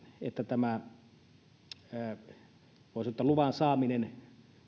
että tämä voi sanoa luvan saaminen